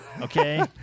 Okay